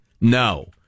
No